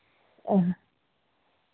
ᱚ